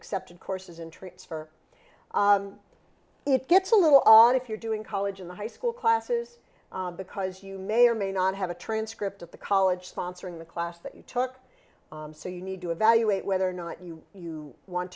accepted courses and treats for it gets a little if you're doing college in the high school classes because you may or may not have a transcript of the college sponsoring the class that you took so you need to evaluate whether or not you you want